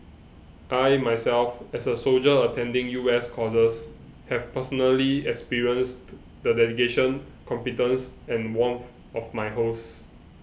I myself as a soldier attending US courses have personally experienced the dedication competence and warmth of my hosts